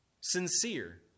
Sincere